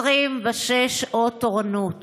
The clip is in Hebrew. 26 שעות תורנות